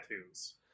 tattoos